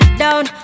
down